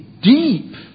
deep